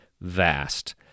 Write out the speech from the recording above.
vast